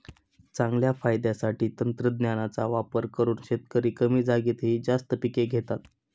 चांगल्या फायद्यासाठी तंत्रज्ञानाचा वापर करून शेतकरी कमी जागेतही जास्त पिके घेतात